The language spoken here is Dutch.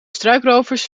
struikrovers